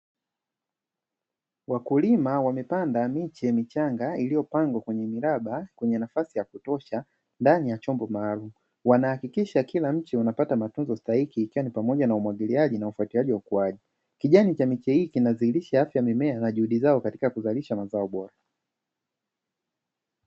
Wakulima wamepanda miche michanga iliyopandwa kwenye mraba kwenye nafasi ya kutosha ndani ya chombo maalumu, wanahakikisha kila mche unapata matunzo stahiki ikiwa ni pamoja na umwagiliaji wa ufuatiliaji wa ukuaji, kijani cha miche hii kinadhihilisha afya ya mimea na juhudi zao katika kuzalisha mazao bora.